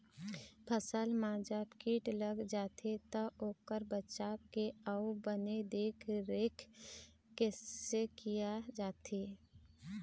फसल मा जब कीट लग जाही ता ओकर बचाव के अउ बने देख देख रेख कैसे किया जाथे?